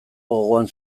gogoan